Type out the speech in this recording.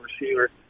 receiver